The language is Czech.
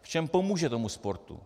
V čem pomůže tomu sportu.